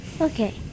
Okay